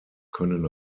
können